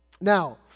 Now